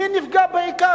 מי נפגע בעיקר?